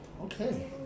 Okay